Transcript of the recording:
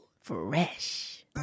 fresh